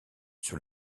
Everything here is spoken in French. sur